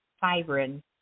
fibrin